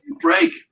Break